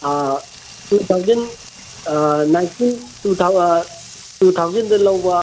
ꯑꯥ two thousand nineteen two ꯊꯥꯎꯖꯟꯗ ꯂꯧꯕ